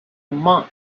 monk